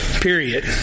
Period